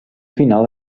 final